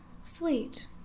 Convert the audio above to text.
sweet